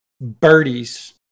Birdies